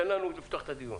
תן לנו לפתוח את הדיון.